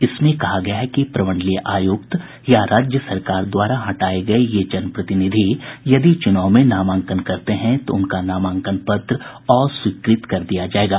इसमें कहा गया है कि प्रमंडलीय आयुक्त या राज्य सरकार द्वारा हटाये गये ये जनप्रतिनिधि यदि चुनाव में नामांकन करते हैं तो उनका नामांकन पत्र अस्वीकृत कर दिया जायेगा